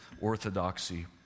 Orthodoxy